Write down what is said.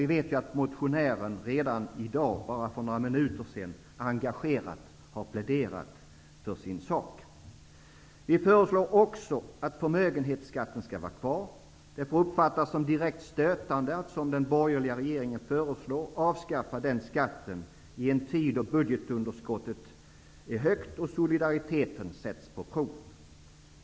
Vi vet ju att motionären redan i dag bara för några minuter sedan engagerat har pläderat för sin sak. Vi föreslår också att förmögenhetsskatten skall vara kvar. Det får uppfattas som direkt stötande att, som den borgerliga regeringen föreslår, avskaffa den skatten i en tid då budgetunderskottet är högt och solidariteten sätts på prov.